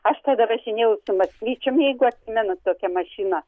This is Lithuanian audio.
aš tada važinėjau su maskvyčium jeigu atsimenat tokia mašina